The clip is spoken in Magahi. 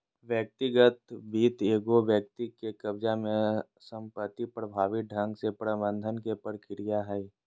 व्यक्तिगत वित्त एगो व्यक्ति के कब्ज़ा में संपत्ति प्रभावी ढंग से प्रबंधन के प्रक्रिया हइ